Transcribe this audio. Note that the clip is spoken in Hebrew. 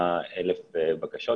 הסכומים הם מאוד נמוכים ממה שמתבקש.